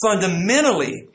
fundamentally